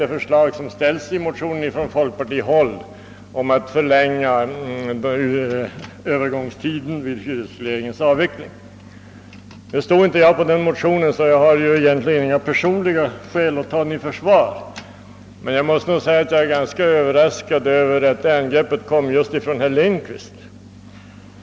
Jag hörde också att herr Lindkvist angrep folkpartiförslaget om en förlängd övergångstid. Jag var inte med om att underteckna den motion, vari detta förslag framförts, och jag har alltså inga personliga skäl att ta den i försvar. Men jag är ganska överraskad över att det angreppet kom just från herr Lindkvist.